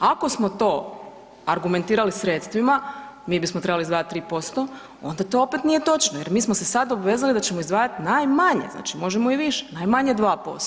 Ako smo to argumentirali sredstvima, mi bismo trebali s 2-3%, onda to opet nije točno jer mi smo se sad obvezali da ćemo izdvajat najmanje, znači možemo i više, najmanje 2%